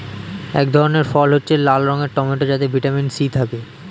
এক ধরনের ফল হচ্ছে লাল রঙের টমেটো যাতে ভিটামিন সি থাকে